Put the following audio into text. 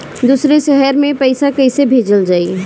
दूसरे शहर में पइसा कईसे भेजल जयी?